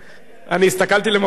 אני הסתכלתי למקום אחר,